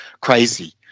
crazy